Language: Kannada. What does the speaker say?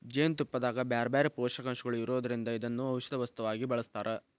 ಜೇನುತುಪ್ಪದಾಗ ಬ್ಯಾರ್ಬ್ಯಾರೇ ಪೋಷಕಾಂಶಗಳು ಇರೋದ್ರಿಂದ ಇದನ್ನ ಔಷದ ವಸ್ತುವಾಗಿ ಬಳಸ್ತಾರ